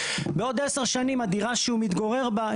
בעוד עשר שנים הדירה שהיו מתגורר בה,